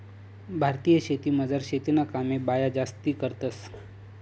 भारतीय शेतीमझार शेतीना कामे बाया जास्ती करतंस